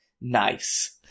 nice